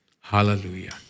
Hallelujah